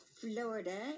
Florida